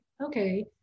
okay